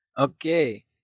Okay